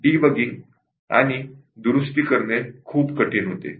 debugging करणे आणि दुरुस्ती करणे खूप कठीण होते